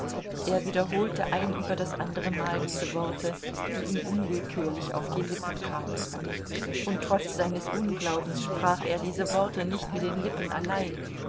er wiederholte ein über das andere mal diese worte die ihm unwillkürlich auf die lippen kamen und trotz seines unglaubens sprach er diese worte nicht mit den lippen allein